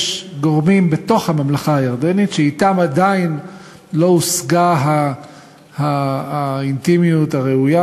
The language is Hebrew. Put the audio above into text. יש גורמים בתוך הממלכה הירדנית שאתם עדיין לא הושגה האינטימיות הראויה.